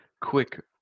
quick